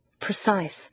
precise